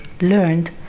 learned